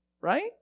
right